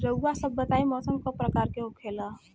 रउआ सभ बताई मौसम क प्रकार के होखेला?